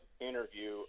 interview